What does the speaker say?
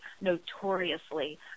notoriously